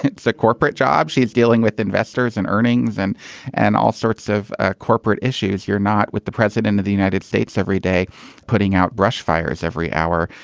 it's a corporate job. she is dealing with investors investors and earning them and all sorts of ah corporate issues. you're not with the president of the united states every day putting out brush fires every hour.